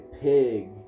Pig